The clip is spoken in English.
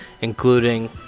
including